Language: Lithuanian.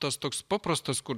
tas toks paprastas kur